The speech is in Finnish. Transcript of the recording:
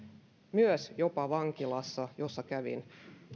jopa vankilassa jossa kävin